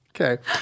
Okay